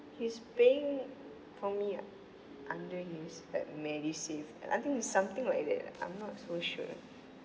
he's paying for me ah under his like MediSave I think it's something like that I'm not so sure